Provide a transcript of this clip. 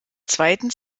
zweiten